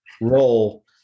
role